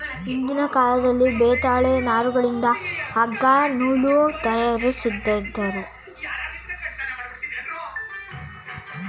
ಹಿಂದಿನ ಕಾಲದಲ್ಲಿ ಭೂತಾಳೆ ನಾರುಗಳಿಂದ ಅಗ್ಗ ನೂಲು ತಯಾರಿಸುತ್ತಿದ್ದರು